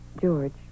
George